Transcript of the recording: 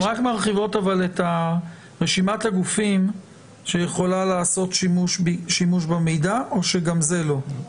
הן רק מרחיבות את רשימת הגופים שיכולה לעשות שימוש במידע או שגם זה לא?